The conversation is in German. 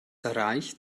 reicht